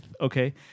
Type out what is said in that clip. okay